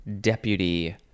deputy